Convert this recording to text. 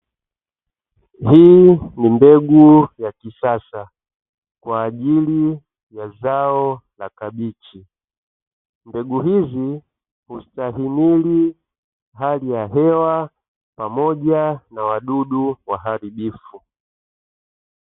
Hii ni mbegu ya kisasa kwa ajili ya zao la kabichi, mbegu hizi hustahimili hali ya hewa pamoja na wadudu waharibifu.